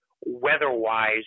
weather-wise